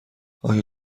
آیا